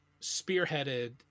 spearheaded